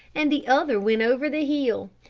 and the other went over the hill.